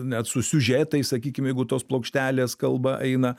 net su siužetais sakykim jeigu tos plokštelės kalba eina